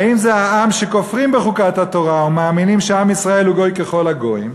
האם זה העם שכופרים בחוקת התורה ומאמינים שעם ישראל הוא גוי ככל הגויים,